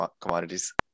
commodities